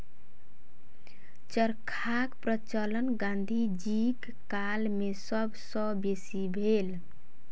चरखाक प्रचलन गाँधी जीक काल मे सब सॅ बेसी भेल